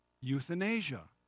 euthanasia